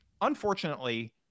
unfortunately